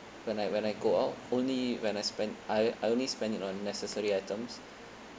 when I when I go out only when I spend I I only spend it on necessary items